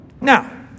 Now